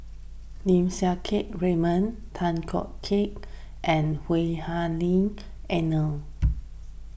Lim Siang Keat Raymond Tay Koh Keat and Lui Hah Elena